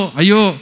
ayo